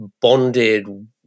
bonded